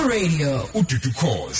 Radio